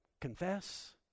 Confess